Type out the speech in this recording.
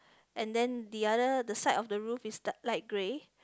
and then the other the side of the roof is da~ light grey